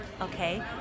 Okay